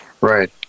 Right